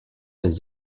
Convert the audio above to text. des